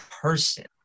person